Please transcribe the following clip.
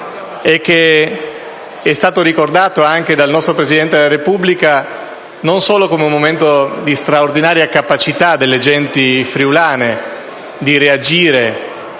è stato ricordato dal nostro Presidente della Repubblica non solo come un esempio della straordinaria capacità delle genti friulane di reagire